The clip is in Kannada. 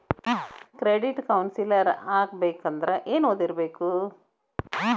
ಕ್ರೆಡಿಟ್ ಕೌನ್ಸಿಲರ್ ಆಗ್ಬೇಕಂದ್ರ ಏನ್ ಓದಿರ್ಬೇಕು?